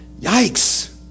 Yikes